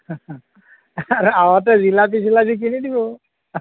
আৰু আঁহোতে জিলাপি চিলাপি কিনি দিব